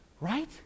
Right